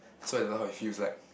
so I don't know how it feels like